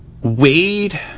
Wade